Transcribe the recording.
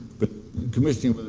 but commissioning